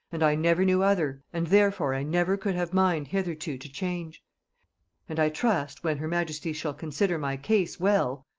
and i never knew other, and therefore i never could have mind hitherto to change and i trust, when her majesty shall consider my case well,